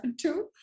two